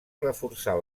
reforçar